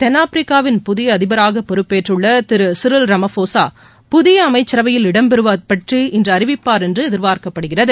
தென்னாப்பிரிக்காவின் புதிய அதிபராக பொறுப்பேற்றுள்ள திரு சிறில் ரமஃபோசா புதிய அமைச்சரவையில் இடம்பெறுவோர் பற்றி இன்று அறிவிப்பார் என்று எதிர்பார்க்கப்படுகிறது